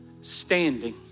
standing